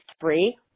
three